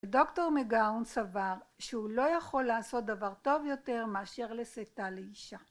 דוקטור מגאון סבר שהוא לא יכול לעשות דבר טוב יותר מאשר לשאתה לאישה